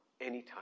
anytime